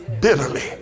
bitterly